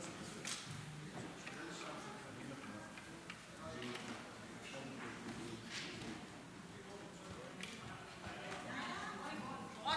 שלוש דקות לרשותך, בבקשה.